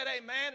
Amen